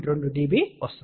2 dB వస్తుంది